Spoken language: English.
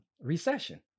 recession